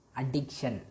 addiction